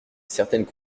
certaines